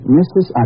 Mrs